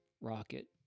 rocket